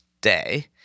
day